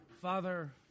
Father